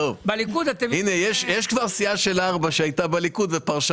יש כבר סיעה של ארבעה שהייתה בליכוד ופרשה